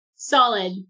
Solid